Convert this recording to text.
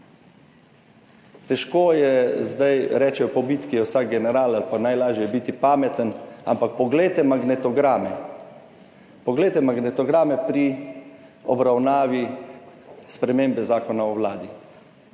Težko je zdaj, rečejo, da je po bitki vsak general ali pa najlažje je biti pameten, ampak poglejte magnetograme. Poglejte magnetograme pri obravnavi spremembe Zakona o Vladi.